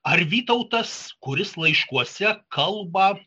ar vytautas kuris laiškuose kalba